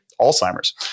Alzheimer's